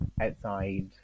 outside